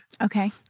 Okay